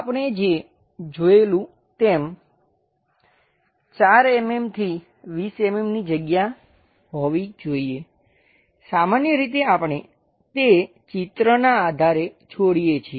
આપણે જે જોયેલું તેમ 4 mm થી 20 mm ની જગ્યા હોવી જોઈએ સામાન્ય રીતે આપણે તે ચિત્રના આધારે છોડીએ છીએ